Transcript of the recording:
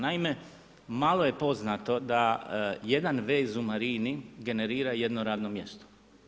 Naime, malo je poznato, da jedan vez u marini, generira jedno radno mjesto.